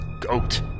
goat